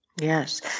Yes